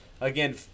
again